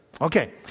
Okay